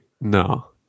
no